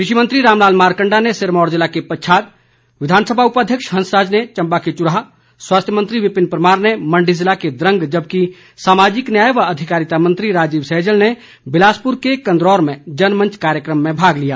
कृषि मंत्री रामलाल मारकण्डा ने सिरमौर जिले के पच्छाद विधानसभा उपाध्यक्ष हंसराज ने चम्बा के चुराह स्वास्थ्य मंत्री विपिन परमार ने मण्डी जिले के द्रंग जबकि सामाजिक न्याय व अधिकारिता मंत्री राजीव सैजल ने बिलासपुर के कंदरौर में जनमंच कार्यक्रम में भाग लिया